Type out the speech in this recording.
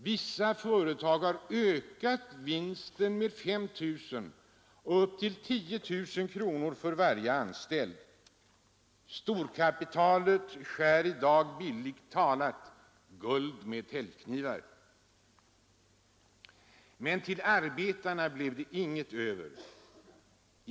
Vissa företag har ökat vinsten med mellan 5 000 och 10 000 kronor för varje anställd. Storkapitalet skär i dag bildligt talat guld med täljknivar. Men till arbetarna blev det inget över.